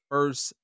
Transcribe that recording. First